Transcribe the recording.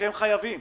כולכם חייבים.